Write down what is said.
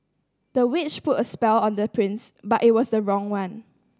the witch put a spell on the prince but it was the wrong one